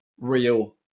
real